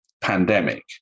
pandemic